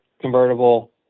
convertible